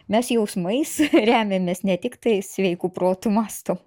mes jausmais remiamės ne tiktai sveiku protu mąstom